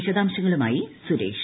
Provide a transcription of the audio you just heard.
വിശദാംശങ്ങളുമായി സൂരേഷ്